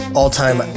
all-time